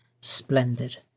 splendid